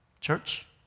church